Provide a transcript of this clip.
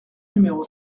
numéro